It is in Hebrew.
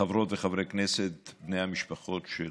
חברות וחברי כנסת, בני המשפחות של